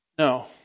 No